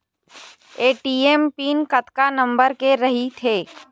ATM PIN कतका number के रही थे?